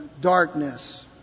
darkness